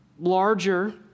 Larger